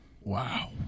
Wow